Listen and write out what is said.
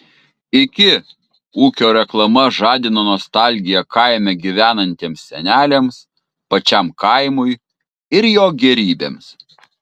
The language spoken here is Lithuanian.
iki ūkio reklama žadino nostalgiją kaime gyvenantiems seneliams pačiam kaimui ir jo gėrybėms